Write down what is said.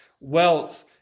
Wealth